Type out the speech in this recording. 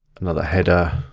another header,